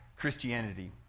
Christianity